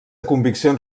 conviccions